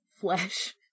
flesh